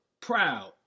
proud